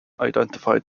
identified